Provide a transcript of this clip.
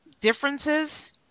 differences